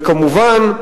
וכמובן,